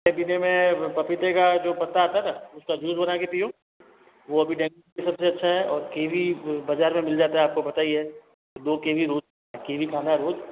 खाने पीने में पपीते का जो पत्ता आता था उसका जूस बना के पियो वह अभी डेंगू के लिए सबसे अच्छा है और कीवी बाज़ार में मिल जाता है आपको पता ही है दो कीवी रोज कीवी खाना है रोज